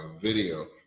video